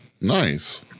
nice